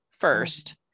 First